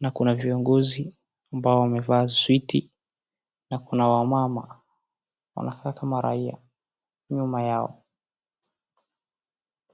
na kuna viongozi ambao wamevaa suti na kuna wamama ambao wanaka kama raia, mama yao.